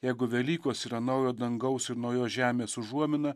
jeigu velykos yra naujo dangaus ir naujos žemės užuomina